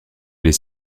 les